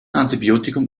antibiotikum